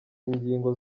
ingingo